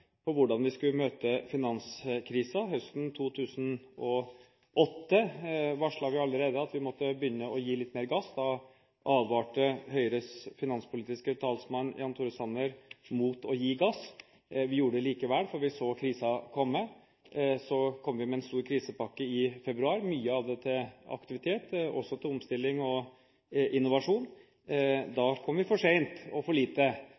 hvordan vi skulle møte finanskrisen. Allerede høsten 2008 varslet vi at vi måtte begynne å gi litt mer gass. Da advarte Høyres finanspolitiske talsmann, Jan-Tore Sanner, mot å gi gass. Vi gjorde det likevel, for vi så krisen komme. Så kom vi med en stor krisepakke i februar – mye av det til aktivitet, men også til omstilling og innovasjon. Da kom vi «for sent», og da var det «for lite».